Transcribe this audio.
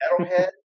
metalhead